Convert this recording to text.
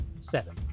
Seven